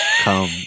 come